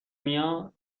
میاد